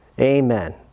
Amen